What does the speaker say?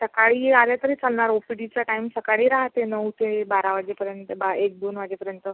सकाळी आलं तरी चालणार ओ पी डीचा टाईम सकाळी राहते नऊ ते बारा वाजेपर्यंत एक दोन वाजेपर्यंत